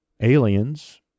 Aliens